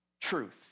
truth